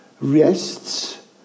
rests